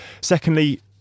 Secondly